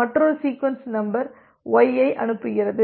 மற்றொரு sequence number Y ஐ அனுப்புகிறது